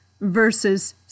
verses